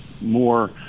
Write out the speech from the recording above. more